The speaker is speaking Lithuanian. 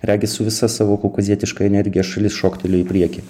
regis su visa savo kaukazietiška energija šalis šoktelėjo į priekį